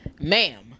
ma'am